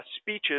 speeches